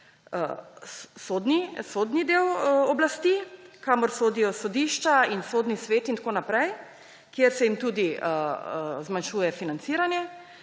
Sodni del oblasti, kamor sodijo sodišča in Sodni svet in tako naprej, kjer se jim tudi zmanjšuje financiranje,